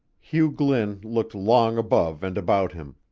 hugh glynn looked long above and about him.